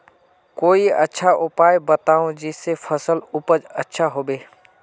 कोई अच्छा उपाय बताऊं जिससे फसल उपज अच्छा होबे